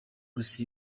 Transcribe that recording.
gusa